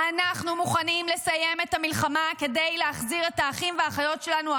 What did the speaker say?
אסור שדיונים האלה יסתיימו בלי הסכם שיחזיר את לירי ואת כל